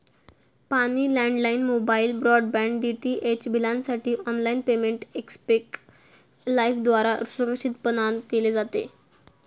पाणी, landline, mobile, broadband, DTH बिलांसाठी online payment Xpay लाइफद्वारा सुरक्षितपणान केले जाते